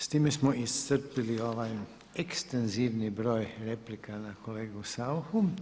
S time smo iscrpili ovaj ekstenzivni broj replika na kolegu SAuchu.